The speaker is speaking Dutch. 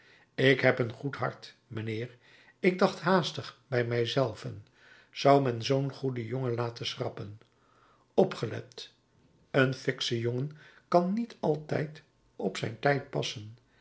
ik heb een goed hart mijnheer ik dacht haastig bij mij zelven zou men zoo'n goeden jongen laten schrappen opgelet een fiksche jongen kan niet altijd op zijn tijd passen